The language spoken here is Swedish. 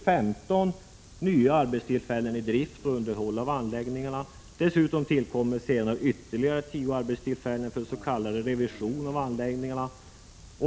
15 nya arbetstillfällen i drift och underhåll av anläggningarna tillkommer. Dessutom tillkommer senare ytterligare 10 arbetstillfällen i samband med s.k. revision av anläggningar.